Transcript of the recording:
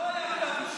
שלא היה כתב אישום.